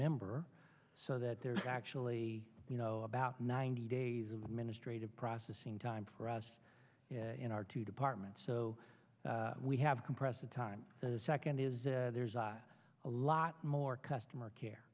member so that there's actually you know about ninety days of administrative processing time for us in our two departments so we have compressed the time the second is there's a lot more customer care